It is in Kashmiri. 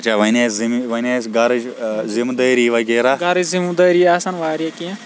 گرٕچ ذمہٕ دٲری آسَن وارِیاہ کیٚنٛہہ